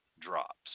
Drops